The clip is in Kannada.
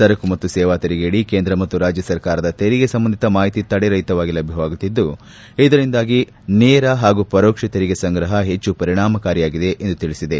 ಸರಕು ಮತ್ತು ಸೇವಾ ತೆರಿಗೆಯಡಿ ಕೇಂದ್ರ ಮತ್ತು ರಾಜ್ಯ ಸರ್ಕಾರದ ತೆರಿಗೆ ಸಂಬಂಧಿತ ಮಾಹಿತಿ ತಡೆರಹಿತವಾಗಿ ಲಭ್ವವಾಗುತ್ತಿದ್ದು ಇದರಿಂದಾಗಿ ನೇರ ಹಾಗೂ ಪರೋಕ್ಷ ತೆರಿಗೆ ಸಂಗ್ರಹ ಹೆಚ್ಚು ಪರಿಣಾಮಕಾರಿಯಾಗಿದೆ ಎಂದು ತಿಳಿಸಿದೆ